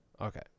Okay